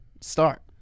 start